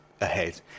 ahead